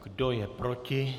Kdo je proti?